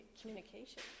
communication